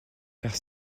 faire